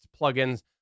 plugins